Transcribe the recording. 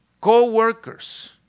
co-workers